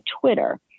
twitter